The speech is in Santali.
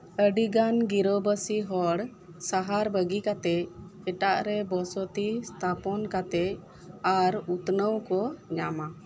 ᱟᱹᱰᱤᱜᱟᱱ ᱜᱤᱨᱟᱹᱵᱟᱹᱥᱤ ᱦᱚᱲ ᱥᱟᱦᱟᱨ ᱵᱟᱹᱜᱤ ᱠᱟᱛᱮᱫ ᱮᱴᱟᱜ ᱨᱮ ᱵᱚᱥᱚᱛᱤ ᱛᱷᱟᱯᱚᱱ ᱠᱟᱛᱮᱫ ᱟᱨ ᱩᱛᱱᱟᱹᱣ ᱠᱚ ᱧᱟᱢᱟ